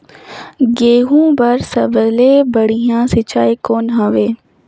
गहूं बर सबले बढ़िया सिंचाई कौन हवय?